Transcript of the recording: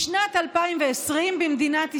בשנת 2020 במדינת ישראל,